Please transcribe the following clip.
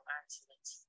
accidents